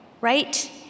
right